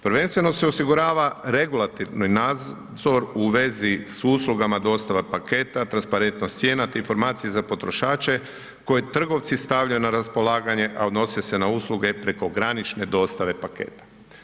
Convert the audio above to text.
Prvenstveno se osigurava regulativni nadzor u vezi s uslugama dostava paketa, transparentnost cijena te informacije za potrošače koje trgovci stavljaju na raspolaganje, a odnose se na usluge prekogranične dostave paketa.